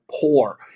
poor